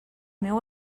meu